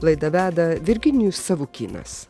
laidą veda virginijus savukynas